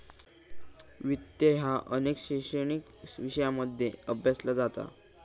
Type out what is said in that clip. वित्त ह्या अनेक शैक्षणिक विषयांमध्ये अभ्यासला जाता